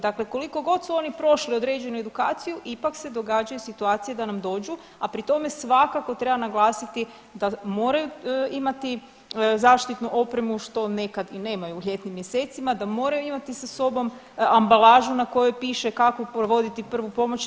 Dakle, koliko god su oni prošli određenu edukaciju ipak se događaju situacije da nam dođu, a pri tome svakako treba naglasiti da moraju imati zaštitnu opremu što nekad i nemaju, u ljetnim mjesecima, a moraju imati sa sobom ambalažu na kojoj piše kako provoditi prvu pomoć.